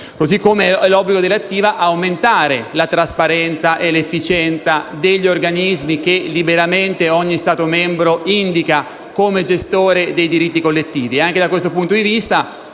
dalla direttiva è altresì aumentare la trasparenza e l'efficienza degli organismi che, liberamente, ogni Stato membro indica come gestori dei diritti collettivi. Anche da questo punto di vista,